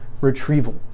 retrieval